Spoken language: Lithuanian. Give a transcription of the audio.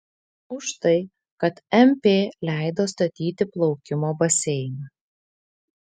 už tai kad mp leido statyti plaukimo baseiną